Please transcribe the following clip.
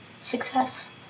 Success